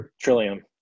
Trillium